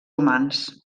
humans